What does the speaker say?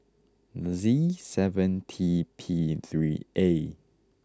Z seven T P three A